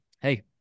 hey